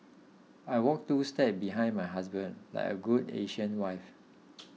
I walk two steps behind my husband like a good Asian wife